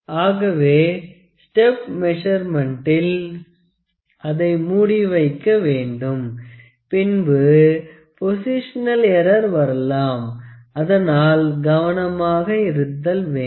ஆகவே ஸ்டெப் மெசர்மென்ட்டில் அதை மூடி வைக்க வேண்டும் பின்பு போசிஷனல் எற்றர் வரலாம் அதனால் கவனமாக இருத்தல் வேண்டும்